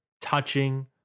touching